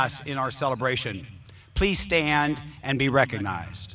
us in our celebration please stand and be recognized